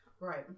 Right